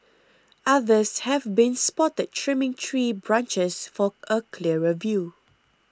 others have been spotted trimming tree branches for a clearer view